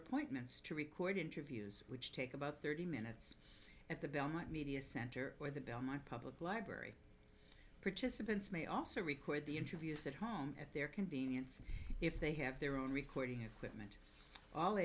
appointments to record interviews which take about thirty minutes at the belmont media center where the belmont public library participants may also record the interviews at home at their convenience if they have their own recording equipment all